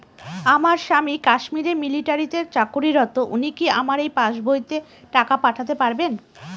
আমার স্বামী কাশ্মীরে মিলিটারিতে চাকুরিরত উনি কি আমার এই পাসবইতে টাকা পাঠাতে পারবেন?